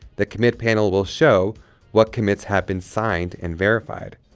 the commit panel will show what commits have been signed and verified.